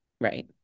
Right